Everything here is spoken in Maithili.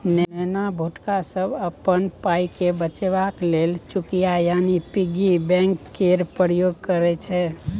नेना भुटका सब अपन पाइकेँ बचेबाक लेल चुकिया यानी पिग्गी बैंक केर प्रयोग करय छै